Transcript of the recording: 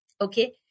Okay